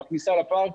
בכניסה לפארק,